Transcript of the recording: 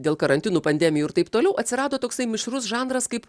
dėl karantinų pandemijų ir taip toliau atsirado toksai mišrus žanras kaip